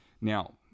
Now